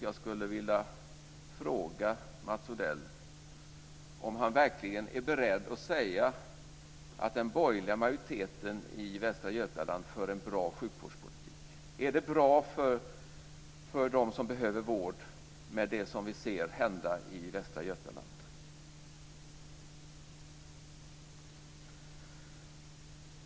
Jag skulle vilja fråga Mats Odell om han verkligen är beredd att säga att den borgerliga majoriteten i Västra Götaland för en bra sjukvårdspolitik. Är det som vi ser hända i Västra Götaland bra för dem som behöver vård?